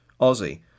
Aussie